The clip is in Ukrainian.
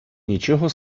нічого